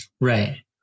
Right